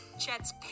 Chet's